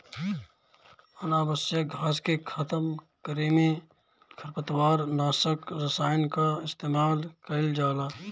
अनावश्यक घास के खतम करे में खरपतवार नाशक रसायन कअ इस्तेमाल कइल जाला